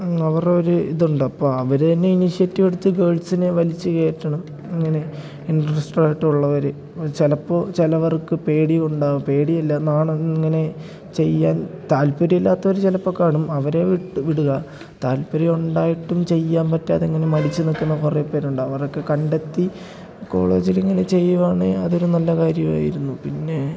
അവരുടെ ഒരു ഇതുണ്ട് അപ്പോൾ അവരുതന്നെ ഇനിഷിയേറ്റീവ് എടുത്ത് ഗേൾസിനെ വലിച്ച് കയറ്റണം ഇങ്ങനെ ഇൻ്ററസ്റ്റഡ് ആയിട്ടുള്ളവർ അത് ചിലപ്പോൾ ചിലവർക്ക് പേടി ഉണ്ടാവും പേടിയല്ല നാണം ഇങ്ങനെ ചെയ്യാൻ താല്പര്യം ഇല്ലാത്തവർ ചിലപ്പോൾ കാണും അവരെ വിട്ട് വിടുക താല്പര്യം ഉണ്ടായിട്ടും ചെയ്യാൻ പറ്റാതങ്ങനെ മടിച്ചു നിൽക്കുന്ന കുറേ പേരുണ്ടാവും അവരെയൊക്കെ കണ്ടെത്തി കോളേജിലിങ്ങനെ ചെയ്യുകയാണെങ്കിൽ അതൊരു നല്ല കാര്യമായിരുന്നു പിന്നെ